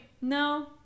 No